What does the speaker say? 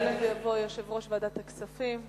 יעלה ויבוא יושב-ראש ועדת הכספים,